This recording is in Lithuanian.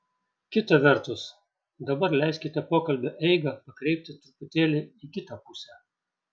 kita vertus dabar leiskite pokalbio eigą pakreipti truputėlį į kitą pusę